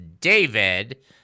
David